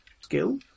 skill